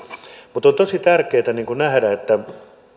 mutta on tosi tärkeätä nähdä että